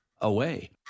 away